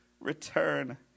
return